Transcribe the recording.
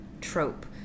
trope